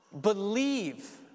Believe